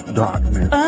darkness